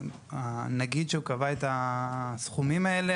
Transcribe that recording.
כשהנגיד קבע את הסכומים האלה,